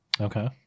Okay